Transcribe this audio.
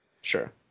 sure